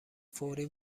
فوری